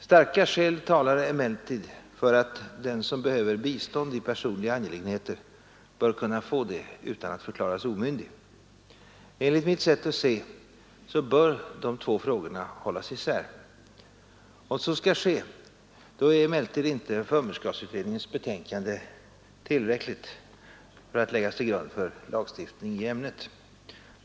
Starka skäl talar emellertid för att den som behöver bistånd i personliga angelägenheter bör kunna få det utan att förklaras omyndig. Enligt mitt sätt att se bör de båda frågorna hållas isär. Om så skall ske, är emellertid förmynderskapsutredningens betänkande inte tillräckligt att läggas till grund för lagstiftning i ämnet.